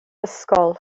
ysgol